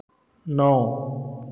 नौ